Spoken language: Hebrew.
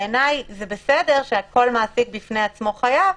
בעיניי זה בסדר שכל מעסיק בפני עצמו חייב,